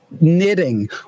knitting